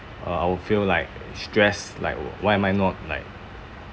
uh I will feel like stressed like wh~ why am I not like